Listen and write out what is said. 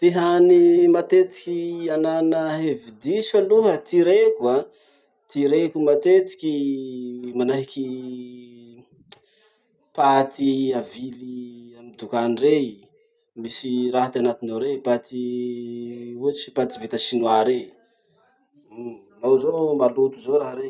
Ty hany matetiky anana hevi-diso aloha, ty reko an, ty reko matetiky manahaky paty avily amy dokany rey. Misy raha ty anatiny ao rey, paty ohatsy paty vita chinois rey. Uhm nao zao maloto zao raha rey.